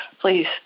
please